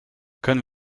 können